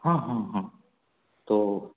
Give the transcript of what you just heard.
हाँ हाँ हाँ तो